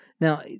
Now